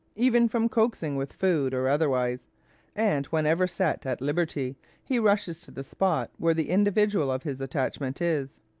even from coaxing with food or otherwise and, whenever set at liberty, he rushes to the spot where the individual of his attachment is.